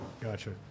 Gotcha